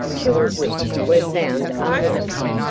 two of which were found unlocked.